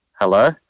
hello